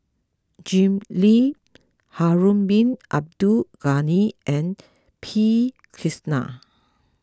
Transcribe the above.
Jim Lim Harun Bin Abdul Ghani and P Krishnan